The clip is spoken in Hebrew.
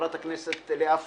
חברת הכנסת לאה פדידה,